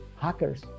hackers